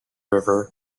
river